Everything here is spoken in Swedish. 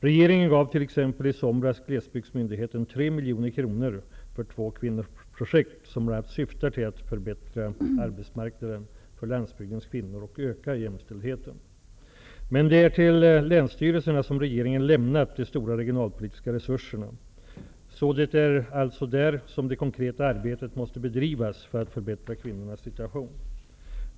Regeringen gav t.ex. i somras Glesbygdsmyndigheten 3 miljoner kronor för två kvinnoprojekt, som bl.a. syftar till att förbättra arbetsmarknaden för landsbygdens kvinnor och öka jämställdheten. Men det är till länsstyrelserna som regeringen lämnat de stora regionalpolitiska resurserna, så det är där som det konkreta arbetet måste bedrivas för att förbättra kvinnornas situation.